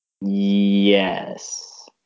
yes